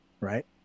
Right